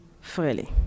freely